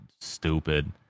stupid